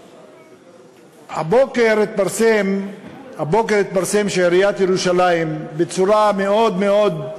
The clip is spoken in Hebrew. הבוקר התפרסם שעיריית ירושלים, בצורה מאוד מאוד,